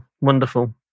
wonderful